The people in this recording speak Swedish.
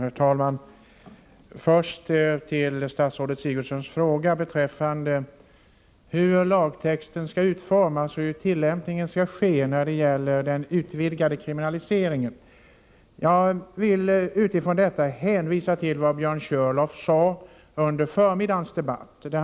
Herr talman! Först vill jag ta upp statsrådet Sigurdsens fråga beträffande hur lagtexten skall utformas och hur tillämpningen skall ske när det gäller den utvidgade kriminaliseringen. Jag vill hänvisa till vad Björn Körlof sade under förmiddagens debatt.